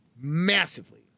Massively